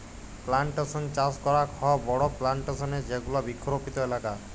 plantation চাস করাক হ বড়ো প্লানটেশন এ যেগুলা বৃক্ষরোপিত এলাকা